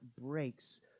breaks